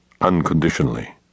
unconditionally